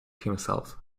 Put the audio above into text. himself